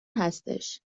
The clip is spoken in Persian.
هستش